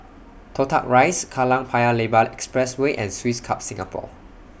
Toh Tuck Rise Kallang Paya Lebar Expressway and Swiss Club Singapore